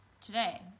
today